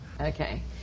Okay